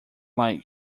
like